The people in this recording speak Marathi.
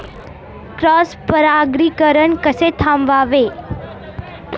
क्रॉस परागीकरण कसे थांबवावे?